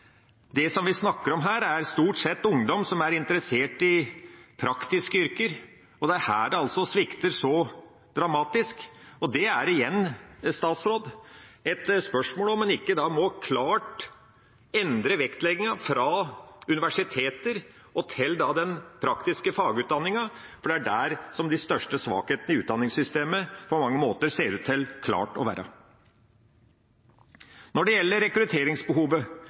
det vi snakker om her, stort sett er ungdom som er interessert i praktiske yrker, og det er her det svikter så dramatisk. Det er igjen et spørsmål om man ikke da klart må endre vektleggingen fra universitetene og til den praktiske fagutdanningen, for det er der de største svakhetene i utdanningssystemet på mange måter ser ut til å være. Når det gjelder rekrutteringsbehovet,